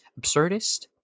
absurdist